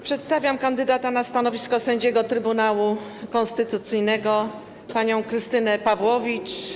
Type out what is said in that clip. Przedstawiam kandydata na stanowisko sędziego Trybunału Konstytucyjnego panią Krystynę Pawłowicz.